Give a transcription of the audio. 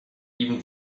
even